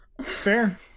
Fair